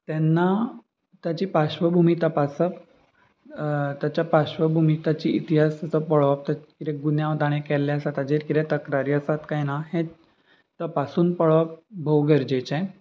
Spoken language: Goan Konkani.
तेन्ना ताची पाश्वभुमी तपासप ताच्या पाश्वभुमी ताची इतिहास ताचो पळोवप कितें गुन्यांव ताणें केल्ले आसा ताचेर कितें तक्रारी आसात काय ना हें तपासून पळोवप भोव गरजेचें